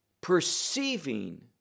perceiving